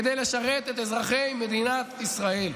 כדי לשרת את אזרחי מדינת ישראל.